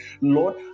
Lord